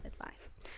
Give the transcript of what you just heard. advice